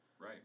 Right